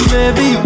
Baby